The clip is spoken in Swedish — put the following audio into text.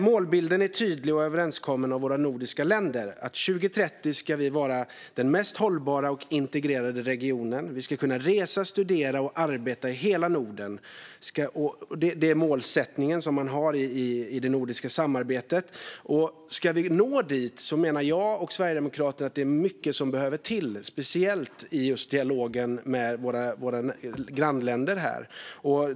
Målbilden är tydlig och överenskommen av våra nordiska länder. Den innebär att vi 2030 ska vara den mest hållbara och integrerade regionen. Vi ska kunna resa, studera och arbeta i hela Norden - det är målsättningen som man har i det nordiska samarbetet. Ska vi nå dit menar jag och Sverigedemokraterna att det är mycket som behöver komma till, speciellt i dialogen med våra grannländer.